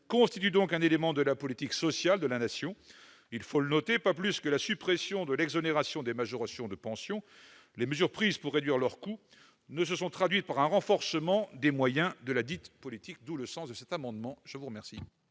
constitue donc un élément de la politique sociale de la Nation, mais, pas plus que la suppression de l'exonération des majorations de pension, les mesures prises pour réduire leurs coûts ne se sont traduites par un renforcement des moyens de ladite politique. Tel est le sens de cet amendement. L'amendement